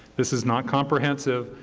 this is not comprehensive,